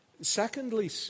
Secondly